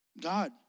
God